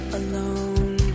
alone